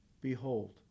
behold